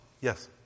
Yes